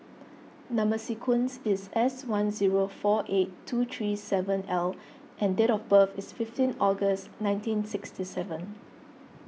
Number Sequence is S one zero four eight two three seven L and date of birth is fifteen August nineteen sixty seven